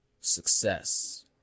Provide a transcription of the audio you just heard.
success